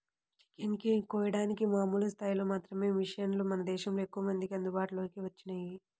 chicken ని కోయడానికి మామూలు స్థాయిలో మాత్రమే మిషన్లు మన దేశంలో ఎక్కువమందికి అందుబాటులోకి వచ్చినియ్యి